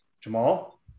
Jamal